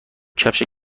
کفش